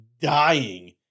dying